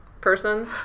person